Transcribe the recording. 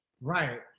right